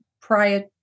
prior